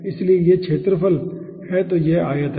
इसलिए यह क्षेत्रफल है तो यह आयत है